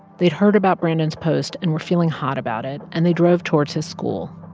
they'd heard about brandon's post and were feeling hot about it, and they drove towards his school